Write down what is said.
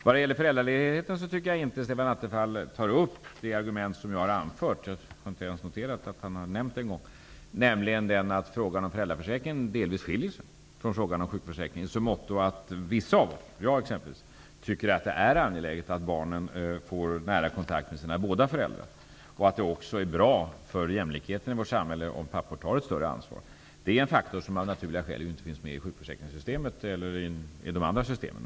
Vad gäller föräldraledigheten tycker jag inte att Stefan Attefall tar upp det argument som jag har anfört -- jag har inte ens noterat att han har nämnt det en gång -- nämligen att frågan om föräldraförsäkringen delvis skiljer sig från frågan om sjukförsäkringen, i så måtto att vissa av oss, jag exempelvis, tycker att det är angeläget att barnen får nära kontakt med sina båda föräldrar och att det också är bra för jämlikheten i vårt samhälle om pappor tar ett större ansvar. Det är en faktor som av naturliga skäl inte finns med i sjukförsäkringssystemet eller i de andra systemen.